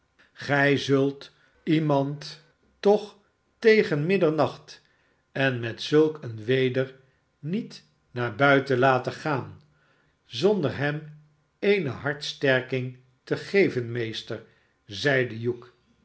tgij zult iemand toch tegen middernacht en met zulk een weder john willet op weg naar het heerenhuis niet naar buiten laten gaan zonder hem eene hardsterking te geven meester zeide hugh